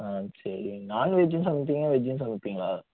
ஆ சரி நான்வெஜ்ஜும் சமைப்பிங்க வெஜ்ஜும் சமைப்பீங்களா